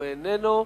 הוא איננו.